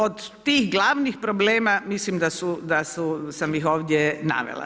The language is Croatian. Od tih glavnih problema, mislim da sam ih ovdje navela.